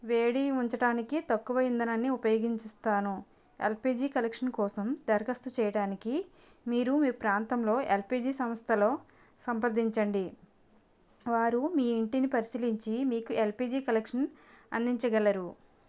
వేడి ఉంచటానికి తక్కువ ఇంధనాన్ని ఉపయోగించిస్తాను ఎల్పిజి కనెక్షన్ కోసం దరఖాస్తు చేయటానికి మీరు మీ ప్రాంతంలో ఎల్పిజి సంస్థలో సంప్రదించండి వారు మీ ఇంటిని పరిశీలించి మీకు ఎల్పిజి కనెక్షన్ అందించగలరు